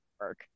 work